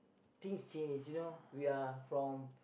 T_C_H you know we are from